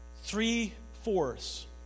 Three-fourths